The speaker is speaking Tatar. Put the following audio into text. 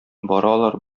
баралар